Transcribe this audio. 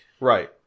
Right